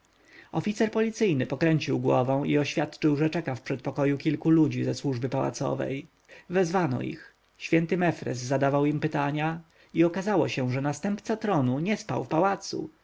oficer policyjny pokręcił głową i oświadczył że czeka w przedpokoju kilku ludzi ze służby pałacowej wezwano ich święty mefres zadał im pytania i okazało się że następca tronu nie spał w pałacu